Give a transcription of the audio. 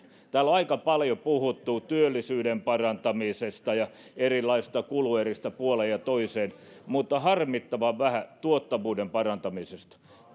täällä on aika paljon puhuttu työllisyyden parantamisesta ja erilaisista kulueristä puoleen ja toiseen mutta harmittavan vähän tuottavuuden parantamisesta